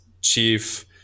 chief